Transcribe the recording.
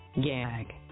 Gag